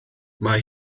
mae